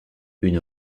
une